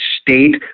state